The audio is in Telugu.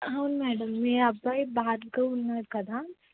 అవును మేడమ్ మీ అబ్బాయి బ్యాడ్గా ఉన్నాడు కదా